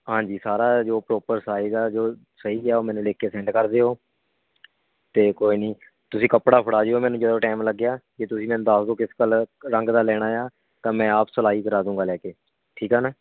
ਹਾਂਜੀ ਸਾਰਾ ਜੋ ਪਰੋਪਰ ਸਾਈਜ਼ ਹੈ ਜੋ ਸਹੀ ਹੈ ਮੈਨੂੰ ਲਿਖ ਕੇ ਸੈਂਡ ਕਰ ਦਿਓ ਅਤੇ ਕੋਈ ਨੀ ਤੁਸੀਂ ਕੱਪੜਾ ਫੜਾ ਜਿਓ ਮੈਨੂੰ ਜਦੋਂ ਟਾਈਮ ਲੱਗਿਆ ਜੇ ਤੁਸੀਂ ਮੈਨੂੰ ਦੱਸਦੋ ਕਿਸ ਕਲਰ ਰੰਗ ਦਾ ਲੈਂਣਾ ਹੈ ਤਾਂ ਮੈਂ ਆਪ ਸਿਲਾਈ ਕਰਾ ਦਵਾਂਗਾ ਲੈ ਕੇ ਠੀਕ ਹੈ ਨਾ